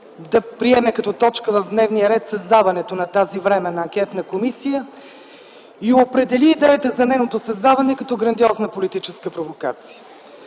да приеме като точка в дневния ред създаването на тази временна анкетна комисия и определи идеята за нейното създаване като грандиозна политическа провокация.